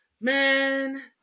man